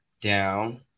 down